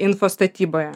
info statyboje